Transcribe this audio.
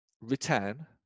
return